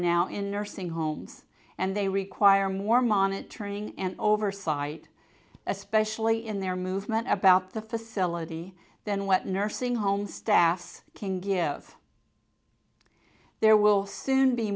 nursing homes and they require more monitoring and oversight especially in their movement about the facility than what nursing home staffs can give there will soon be